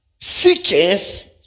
seekers